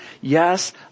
Yes